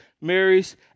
Mary's